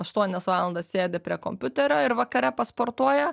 aštuonias valandas sėdi prie kompiuterio ir vakare pasportuoja